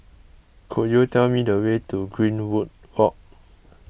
could you tell me the way to Greenwood Walk